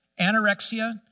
Anorexia